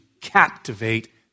captivate